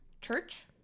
church